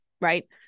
right